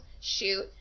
shoot